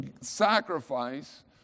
sacrifice